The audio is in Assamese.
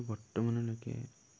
বৰ্তমানলৈকে